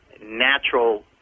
natural